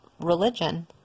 religion